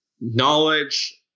knowledge